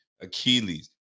Achilles